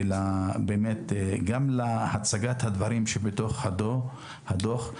גם להצגת הדברים שבתוך הדוח,